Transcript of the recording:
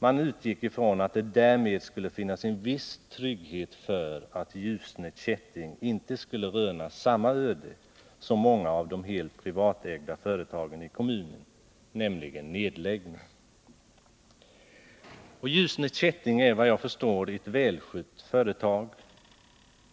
Man utgick ifrån att det därmed skulle finnas en viss trygghet för att Ljusne Kätting inte skulle röna samma öde som många av de helt privatägda företagen i kommunen, nämligen nedläggning. Ljusne Kätting är, vad jag förstår, ett välskött företag.